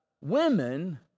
women